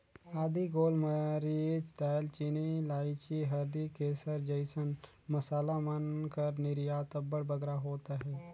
आदी, गोल मरीच, दाएल चीनी, लाइची, हरदी, केसर जइसन मसाला मन कर निरयात अब्बड़ बगरा होत अहे